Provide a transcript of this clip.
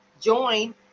Join